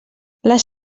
les